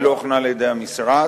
היא לא הוכנה על-ידי המשרד.